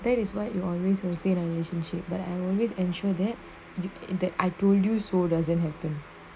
that is why you always don't say in a relationship but I always ensure that this that I told you so doesn't happen